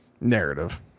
narrative